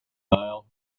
aisle